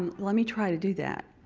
let me try to do that.